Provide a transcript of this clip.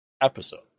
episode